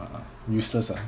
useless ah